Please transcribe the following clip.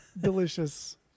Delicious